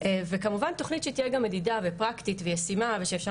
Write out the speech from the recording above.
וכמובן תוכנית שהיא תהיה גם מדידה ופרקטית וישימה ושאפשר